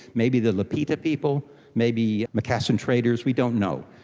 maybe the lapita people, maybe macassan traders, we don't know.